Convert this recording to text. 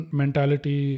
mentality